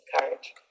courage